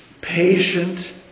patient